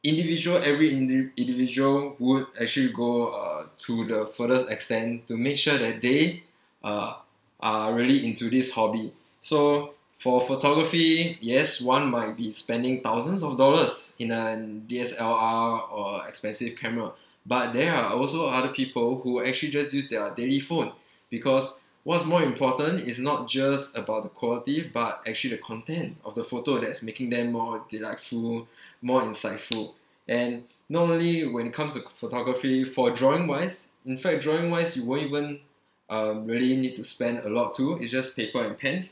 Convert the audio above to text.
individual every indi~ individual would actually go uh through the furthest extent to make sure that they uh are really into this hobby so for photography yes one might be spending thousands of dollars in a D_S_L_R or expensive camera but there are also other people who actually just use their daily phone because what's more important is not just about the quality but actually the content of the photo that's making them more delightful more insightful and normally when it comes to photography for drawing wise in fact drawing wise you won't even uh really need to spend a lot too it's just paper and pens